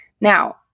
Now